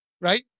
right